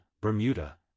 Bermuda